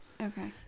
Okay